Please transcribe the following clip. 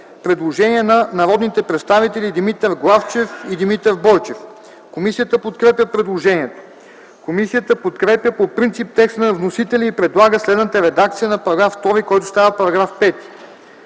Предложение на народните представители Димитър Главчев и Димитър Бойчев. Комисията подкрепя предложението. Комисията подкрепя по принцип текста на вносителя и предлага следната редакция на § 2, който става § 5: „§ 5.